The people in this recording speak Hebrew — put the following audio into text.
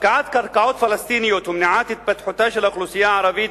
הפקעת קרקעות פלסטיניות ומניעת התפתחותה של האוכלוסייה הערבית